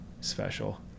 special